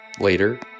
Later